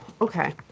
okay